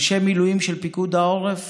אנשי מילואים של פיקוד העורף